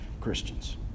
Christians